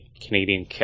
Canadian